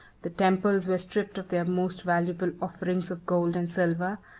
the temples were stripped of their most valuable offerings of gold and silver,